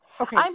okay